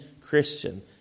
Christian